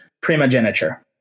primogeniture